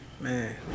man